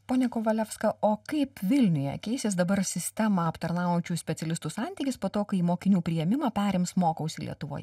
pone kovalevska o kaip vilniuje keisis dabar sistemą aptarnaujančių specialistų santykis po to kai mokinių priėmimą perims mokausi lietuvoje